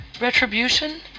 Retribution